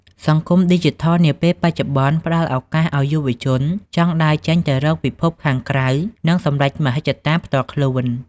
សង្គមឌីជីថលនាពេលបច្ចុប្បន្ន ផ្តល់ឱកាសឱ្យយុវជនចង់ដើរចេញទៅរកពិភពខាងក្រៅ និងសម្រេចមហិច្ឆតាផ្ទាល់ខ្លួន។